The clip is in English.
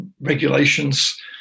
regulations